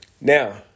Now